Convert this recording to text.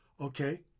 Okay